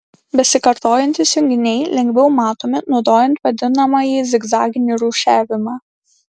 besikartojantys junginiai lengviau matomi naudojant vadinamąjį zigzaginį rūšiavimą